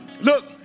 look